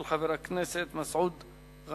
של חבר הכנסת מסעוד גנאים.